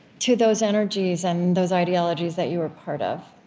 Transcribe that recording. to those energies and those ideologies that you were a part of.